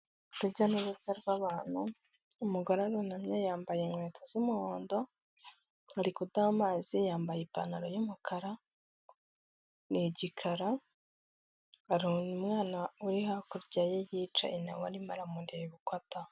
Urujya n'uruza rw'abantu, umugore arunamye yambaye inkweto z'umuhondo; ari kudaha amazi yambaye ipantaro y'umukara, ni igikara, hari umwana uri hakurya ye yicaye na we arimo aramureba uko adaha.